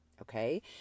Okay